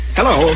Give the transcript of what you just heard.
Hello